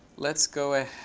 let's go ahead